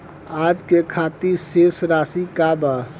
आज के खातिर शेष राशि का बा?